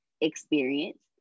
experience